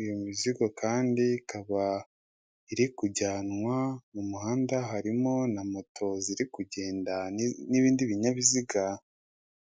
iyo mizigo kandi ikaba iri kujyanwa mu muhanda harimo na moto ziri kugenda n'ibindi binyabiziga.